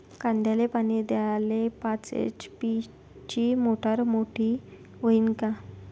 कांद्याले पानी द्याले पाच एच.पी ची मोटार मोटी व्हईन का?